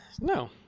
no